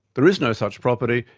there is no such property,